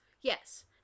Yes